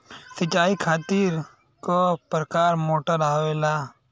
सिचाई खातीर क प्रकार मोटर आवेला?